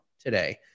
today